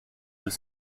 deux